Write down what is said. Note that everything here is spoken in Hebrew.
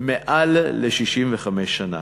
יותר מ-65 שנה.